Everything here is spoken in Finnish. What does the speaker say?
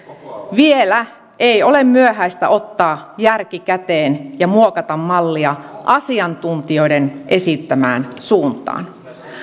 vielä ei ole myöhäistä ottaa järki käteen ja muokata mallia asiantuntijoiden esittämään suuntaan